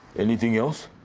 anything else?